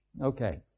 Okay